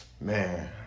man